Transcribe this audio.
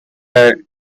derives